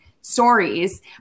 stories